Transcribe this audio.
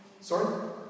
Sorry